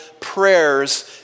prayers